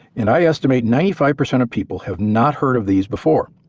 and i estimate ninety five percent of people have not heard of these before.